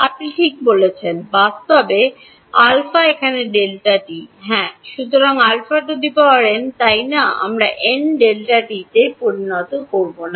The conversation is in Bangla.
আপনি ঠিক বলেছেন বাস্তবে αএখানে Δt হ্যাঁ সুতরাং αnতাই না আমারnΔt t তে পরিণত হয় না